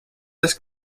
les